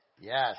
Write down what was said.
Yes